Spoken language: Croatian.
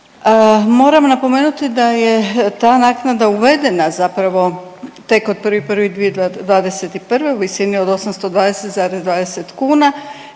moram napomenuti da je ta naknada uvedena zapravo tek od 1.1.2021. u visini 820,20 kuna